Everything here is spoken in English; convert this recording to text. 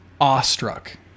awestruck